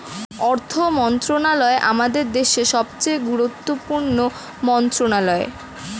অর্থ মন্ত্রণালয় আমাদের দেশের সবচেয়ে গুরুত্বপূর্ণ মন্ত্রণালয়